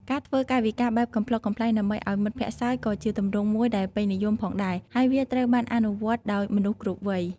ការធ្វើកាយវិការបែបកំប្លុកកំប្លែងដើម្បីឱ្យមិត្តភក្តិសើចក៏ជាទម្រង់មួយដែលពេញនិយមផងដែរ ហើយវាត្រូវបានអនុវត្តដោយមនុស្សគ្រប់វ័យ។